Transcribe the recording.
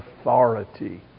authority